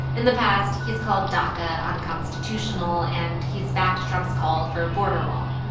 in the past, he's called daca unconstitutional, and he's backed trump's call for a border wall.